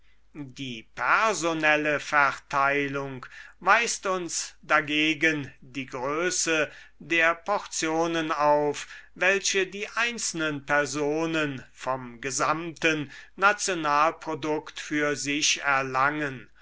die personelle verteilung weist uns dagegen die größe der portionen auf welche die einzelnen personen vom gesamten nationalprodukt für sich erlangen